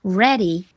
ready